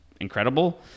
incredible